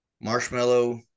marshmallow